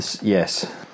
Yes